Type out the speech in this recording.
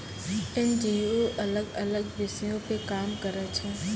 NGO अलग अलग विषयो पे काम करै छै